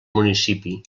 municipi